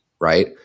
right